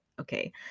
Okay